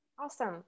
Awesome